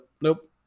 nope